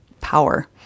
power